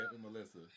Melissa